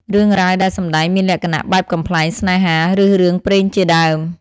រឿងរ៉ាវដែលសម្តែងមានលក្ខណៈបែបកំប្លែង ស្នេហា ឬរឿងព្រេងជាដើម។